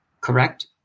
Correct